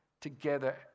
together